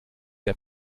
der